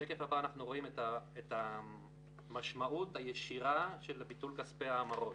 בשקף הבא (שקף 6) אנחנו רואים את המשמעות הישירה של ביטול כספי ההמרות.